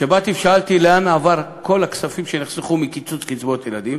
כשבאתי ושאלתי: לאן עברו כל הכספים שנחסכו מקיצוץ קצבאות ילדים?